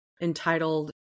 entitled